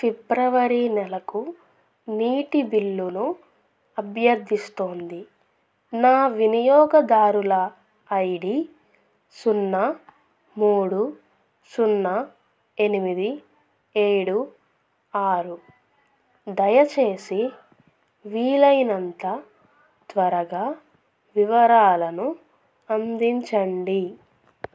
ఫిబ్రవరి నెలకు నీటి బిల్లును అభ్యర్థిస్తోంది నా వినియోగదారుల ఐ డి సున్నా మూడు సున్నా ఎనిమిది ఏడు ఆరు దయచేసి వీలైనంత త్వరగా వివరాలను అందించండి